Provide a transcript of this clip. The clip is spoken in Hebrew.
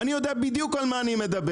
אני יודע בדיוק על מה אני מדבר.